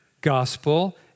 gospel